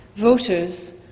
voters